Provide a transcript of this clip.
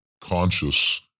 conscious